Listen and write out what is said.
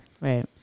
Right